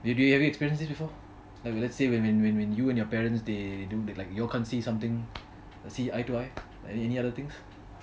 did you have you experienced this before like like let's say when when when you and your parents they like y'all can't see something see eye to eye any other things